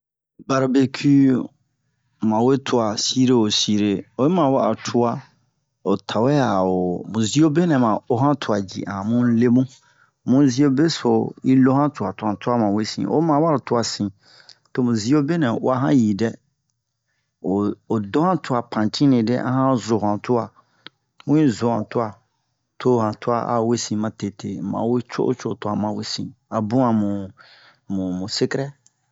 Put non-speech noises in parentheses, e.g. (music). barebekuwi mu ma wee tuwa sire wo sire oyima wa'a tuwa o tawe a o mu ziyo benɛ ma o han tuwa ji a mu le mu mu ziyo beso yi lohan tuwa to han tuwa ma wesin oyi ma abaro tuwa sin to mu ziyo benɛ o uwa han yi (hesitation) o o do han tuwa pantine (hesitation) a han zo han tuwa mu yi zo han tuwa to han tuwa a wesin matete mu ma wee co'o wo co'o to han ma wesin a bun a mu mu sekrɛ